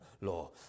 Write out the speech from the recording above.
Law